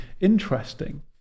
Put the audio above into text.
interesting